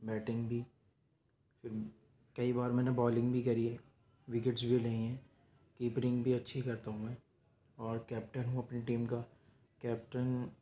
batting بھی پھر کئی بار میں نے بالنگ بھی کری ہے وکٹس بھی لی ہیں کیپرنگ بھی اچھی کرتا ہوں میں اور کیپٹن ہوں اپنی ٹیم کا کیپٹن